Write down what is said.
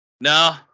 No